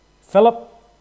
Philip